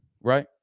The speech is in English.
right